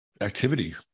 activity